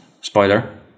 spoiler